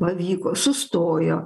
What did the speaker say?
pavyko sustojo